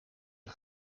een